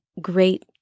great